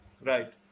Right